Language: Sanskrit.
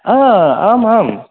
आ आम् आम्